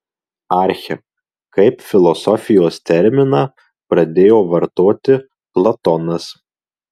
archę kaip filosofijos terminą pradėjo vartoti platonas